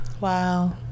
Wow